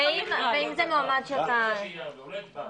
ואם זה מועמד שאתה --- אז זה יכול להיות כל מועמד.